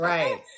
Right